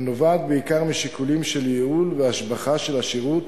הנובעת בעיקר משיקולים של ייעול והשבחה של השירות